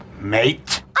mate